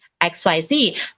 XYZ